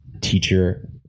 teacher